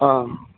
ആ